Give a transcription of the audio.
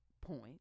point